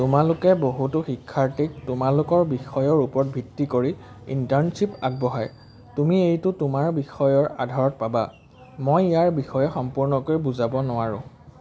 তোমালোকে বহুতো শিক্ষাৰ্থীক তোমালোকৰ বিষয়ৰ ওপৰত ভিত্তি কৰি ইন্টাৰ্ণশ্বিপ আগবঢ়ায় তুমি এইটো তোমাৰ বিষয়ৰ আধাৰত পাবা মই ইয়াৰ বিষয়ে সম্পূৰ্ণকৈ বুজাব নোৱাৰোঁ